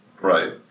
right